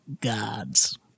gods